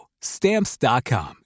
Stamps.com